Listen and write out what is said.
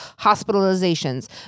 hospitalizations